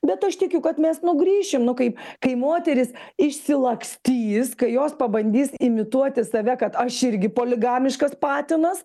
bet aš tikiu kad mes nu grįšim nu kai kai moterys išsilakstys kai jos pabandys imituoti save kad aš irgi poligamiškas patinas